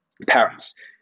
parents